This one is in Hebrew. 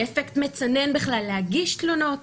זה יביא לאפקט מצנן על הגשת תלונות